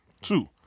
Two